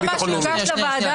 וגם מה שהוגש לוועדה,